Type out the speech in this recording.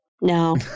No